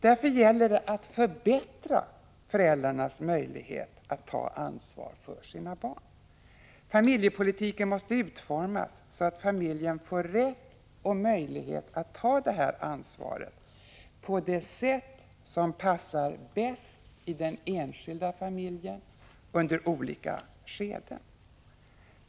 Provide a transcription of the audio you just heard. Därför gäller det att förbättra föräldrarnas möjlighet att ta ansvar för sina barn. Familjepolitiken måste utformas så, att familjen får rätt och möjlighet att ta detta ansvar på det sätt som i den enskilda familjen passar bäst under olika skeden.